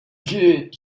kid